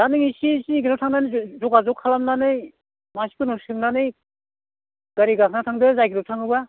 दा नों एसे सिन्डिगेटाव थांनानै जगाजग खालामनानै मानसिफोरनाव सोंनानै गारि गाखोना थांदो जागिरदआव थाङोबा